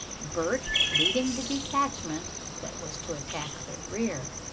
bert leading the detachment that was to attack the rear.